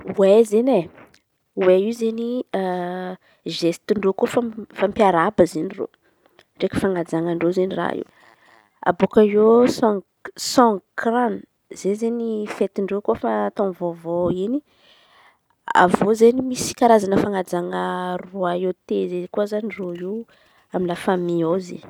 oai izen̈y e! Oai io izen̈y zesten-dreo koa no fa mi- mifampiarahaba izen̈y reo. Ndraiky fanajanan-dreo izen̈y raha io. Aboaka eo san- kaly zay izen̈y fetin-dreo rehefa tôm-baovao in̈y avy eo izen̈y misy Karazan̈a fanajana roa eo telo roa amy fami ao zay.